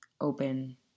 open